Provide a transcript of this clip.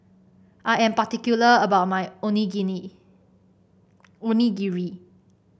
I am particular about my Onigiri